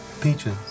Peaches